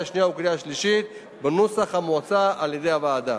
השנייה ובקריאה השלישית בנוסח המוצע על-ידי הוועדה.